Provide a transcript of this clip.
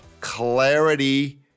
clarity